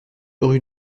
rue